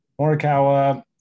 Morikawa